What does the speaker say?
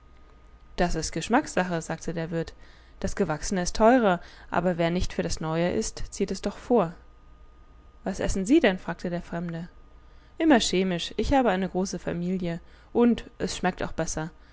das ist geschmackssache sagte der wirt das gewachsene ist teurer aber wer nicht für das neue ist zieht es doch vor was essen sie denn fragte der fremde immer chemisch ich habe eine große familie und es schmeckt auch besser